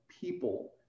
people